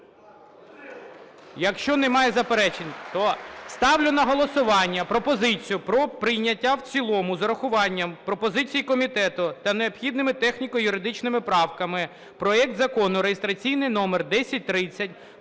Якщо немає заперечень, то ставлю на голосування пропозицію про прийняття в цілому з урахуванням пропозицій комітету та необхідними техніко-юридичними правками проект Закону, реєстраційний номер 1030,